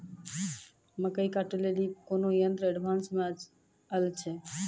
मकई कांटे ले ली कोनो यंत्र एडवांस मे अल छ?